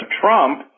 Trump